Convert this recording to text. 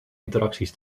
interacties